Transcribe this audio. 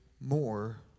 more